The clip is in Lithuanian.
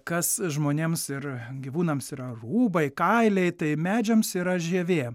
kas žmonėms ir gyvūnams yra rūbai kailiai tai medžiams yra žievė